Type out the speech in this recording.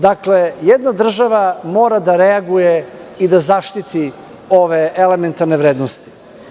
Dakle, jedna država mora da reaguje i da zaštiti ove elementarne vrednosti.